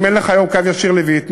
אם אין לך היום קו ישיר לווייטנאם,